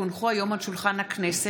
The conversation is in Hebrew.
כי הונחו היום על שולחן הכנסת,